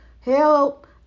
Help